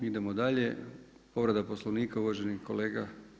Idemo dalje povreda Poslovnika uvaženi kolega.